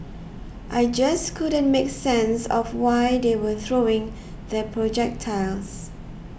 I just couldn't make sense of why they were throwing the projectiles